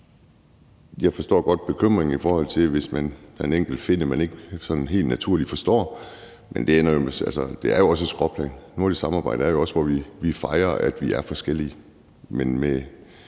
Jeg forstår godt bekymringen, hvis der er en enkelt finne, man ikke sådan helt naturligt forstår. Men det er jo også et skråplan. Nordisk samarbejde er jo også, at vi fejrer, at vi er forskellige,